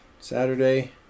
Saturday